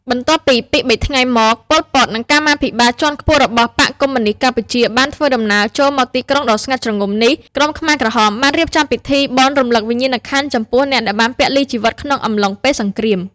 បន្ទាប់ពី ២ ៣ ថ្ងៃមក ប៉ុល ពត និងកម្មាភិបាលជាន់ខ្ពស់របស់បក្សកុម្មុយនីស្តកម្ពុជាបានធ្វើដំណើរចូលមកទីក្រុងដ៏ស្ងាត់ជ្រងំនេះ ក្រុមខ្មែរក្រហមបានរៀបចំពិធីបុណ្យរំឭកវិញ្ញាណក្ខន្ធចំពោះអ្នកដែលបានពលីជីវិតក្នុងអំឡុងពេលសង្គ្រាម។